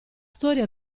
storia